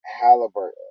Halliburton